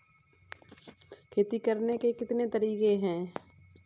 खेती करने के कितने तरीके हैं?